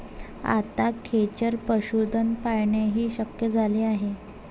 आता खेचर पशुधन पाळणेही शक्य झाले आहे